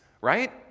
right